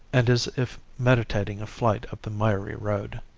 and as if meditating a flight up the miry road.